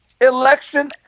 election